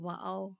Wow